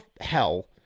hell